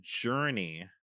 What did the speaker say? journey